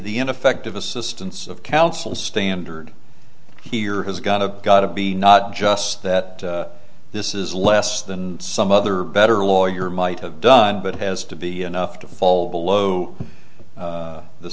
the ineffective assistance of counsel standard here has got to got to be not just that this is less than some other better lawyer might have done but it has to be enough to fall below